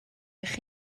eich